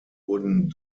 wurden